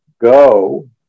go